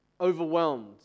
overwhelmed